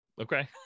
Okay